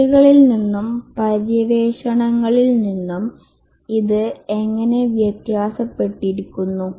ജോലികളിൽ നിന്നും പര്യവേക്ഷണങ്ങളിൽ നിന്നും ഇത് എങ്ങനെ വ്യത്യാസപ്പെട്ടിരിക്കുന്നു